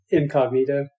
Incognito